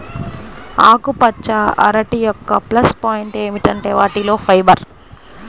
ఆకుపచ్చ అరటి యొక్క ప్లస్ పాయింట్ ఏమిటంటే వాటిలో ఫైబర్